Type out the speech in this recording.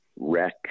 wreck